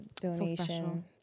donation